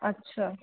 अछा